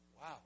Wow